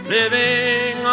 living